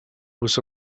was